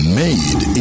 made